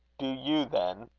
do you, then,